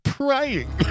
praying